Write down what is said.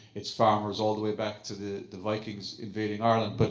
it's farmers all the way back to the the vikings invading ireland. but